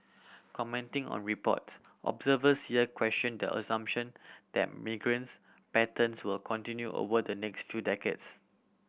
commenting on report observers here questioned the assumption that migrations patterns will continue over the next few decades